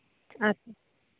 अच्छा